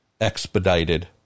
expedited